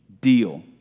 deal